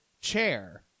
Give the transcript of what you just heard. chair